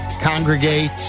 congregate